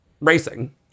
racing